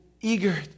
eager